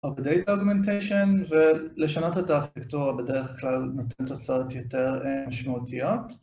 Update Augmentation ולשנות את הארכיטקטורה בדרך כלל נותן תוצאת יותר משמעותיות